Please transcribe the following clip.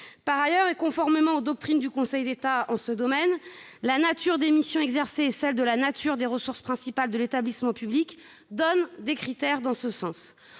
Par ailleurs, et conformément aux doctrines du Conseil d'État en ce domaine, la nature des missions exercées et celle des ressources principales de l'établissement public constituent des critères en